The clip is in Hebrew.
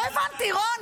לא הבנתי, רון.